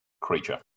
creature